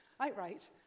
Outright